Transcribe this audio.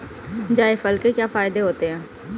जायफल के क्या फायदे होते हैं?